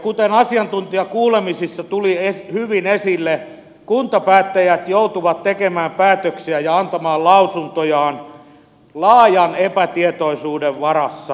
kuten asiantuntijakuulemisissa tuli hyvin esille kuntapäättäjät joutuvat tekemään päätöksiä ja antamaan lausuntojaan laajan epätietoisuuden varassa